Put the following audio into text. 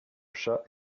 chat